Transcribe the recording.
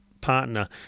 partner